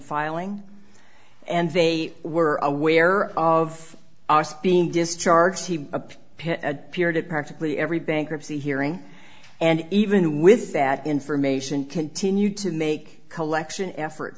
filing and they were aware of us being discharged a pit appeared at practically every bankruptcy hearing and even with that information continued to make collection effort